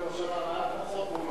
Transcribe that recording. ולא עזב.